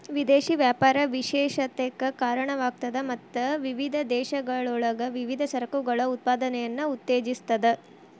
ವಿದೇಶಿ ವ್ಯಾಪಾರ ವಿಶೇಷತೆಕ್ಕ ಕಾರಣವಾಗ್ತದ ಮತ್ತ ವಿವಿಧ ದೇಶಗಳೊಳಗ ವಿವಿಧ ಸರಕುಗಳ ಉತ್ಪಾದನೆಯನ್ನ ಉತ್ತೇಜಿಸ್ತದ